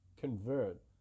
convert